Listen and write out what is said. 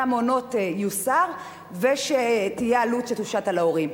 המעונות יוסר ושתהיה עלות שתושת על ההורים.